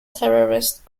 terrorist